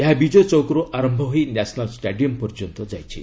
ଏହା ବିକ୍୍ରୟ ଚୌକ୍ର୍ ଆରମ୍ଭ ହୋଇ ନ୍ୟାସନାଲ୍ ଷ୍ଟାଡିୟମ୍ ପର୍ଯ୍ୟନ୍ତ ଯାଇଛି